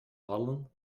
vallen